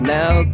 now